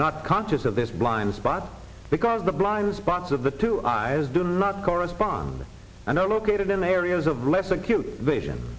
not conscious of this blind spot because the blind spots of the two eyes do not correspond and are located in areas of less acute vision